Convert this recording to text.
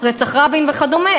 רצח רבין וכדומה,